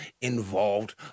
involved